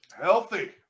Healthy